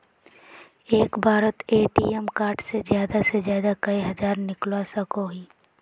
एक बारोत ATM card से ज्यादा से ज्यादा कई हजार निकलवा सकोहो ही?